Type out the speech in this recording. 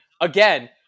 again